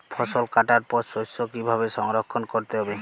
ফসল কাটার পর শস্য কীভাবে সংরক্ষণ করতে হবে?